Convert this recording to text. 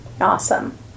Awesome